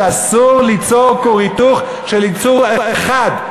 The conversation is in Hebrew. שאסור ליצור כור היתוך של יצור אחד.